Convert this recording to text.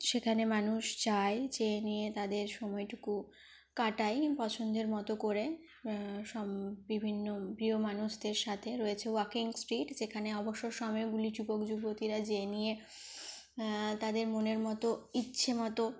সেখানে মানুষ চায় যেয়ে নিয়ে তাদের সময়টুকু কাটায় পছন্দের মতো করে বিভিন্ন প্রিয় মানুষদের সাথে রয়েছে ওয়াকিং স্ট্রিট যেখানে অবসর সময়গুলি যুবক যুবতীরা যেয়ে নিয়ে তাদের মনের মতো ইচ্ছেমতো